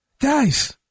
Guys